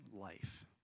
life